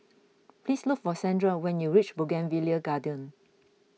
please look for Sandra when you reach Bougainvillea Garden